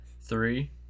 three